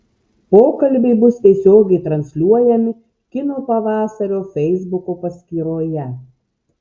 pokalbiai bus tiesiogiai transliuojami kino pavasario feisbuko paskyroje